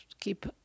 keep